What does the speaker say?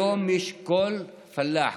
היום כל פלאח,